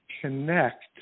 connect